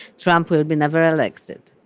trump would have been never elected.